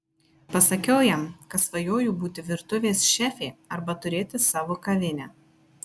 pasakiau jam kad svajoju būti virtuvės šefė arba turėti savo kavinę